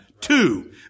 Two